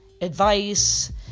advice